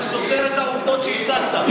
זה סותר את העובדות שהצגת.